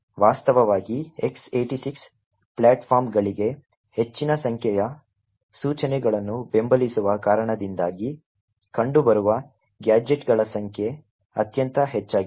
ವಾಸ್ತವವಾಗಿ X86 ಪ್ಲಾಟ್ಫಾರ್ಮ್ಗಳಿಗೆ ಹೆಚ್ಚಿನ ಸಂಖ್ಯೆಯ ಸೂಚನೆಗಳನ್ನು ಬೆಂಬಲಿಸುವ ಕಾರಣದಿಂದಾಗಿ ಕಂಡುಬರುವ ಗ್ಯಾಜೆಟ್ಗಳ ಸಂಖ್ಯೆ ಅತ್ಯಂತ ಹೆಚ್ಚಾಗಿದೆ